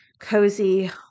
cozy